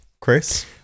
Chris